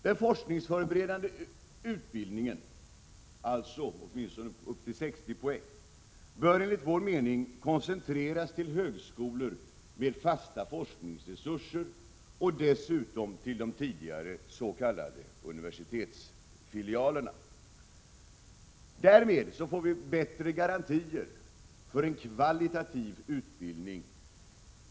Den forskningsförberedande utbildningen, alltså åtminstone upp till 60 poäng, bör enligt vår mening koncentreras till högskolor med fasta forskningsresurser och dessutom till de tidigare s.k. universitetsfilialerna. Därmed får vi bättre garantier för en kvalitativ utbildning.